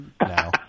now